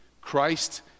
Christ